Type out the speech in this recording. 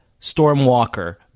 Stormwalker